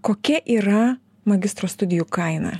kokia yra magistro studijų kaina